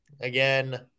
again